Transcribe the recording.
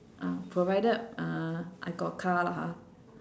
uh provided uh I got car lah ha